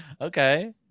okay